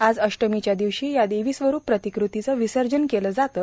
आज अष्टमीच्या दिवशी या देवीस्वरूप प्रतिकृतीचं विसर्जन केलं जातं